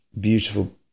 beautiful